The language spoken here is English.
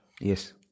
Yes